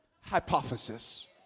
hypothesis